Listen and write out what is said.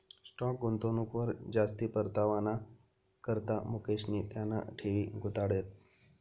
stock गुंतवणूकवर जास्ती परतावाना करता मुकेशनी त्याना ठेवी गुताड्यात